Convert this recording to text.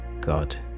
God